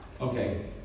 okay